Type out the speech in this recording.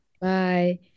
Bye